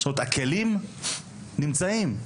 הכלים נמצאים.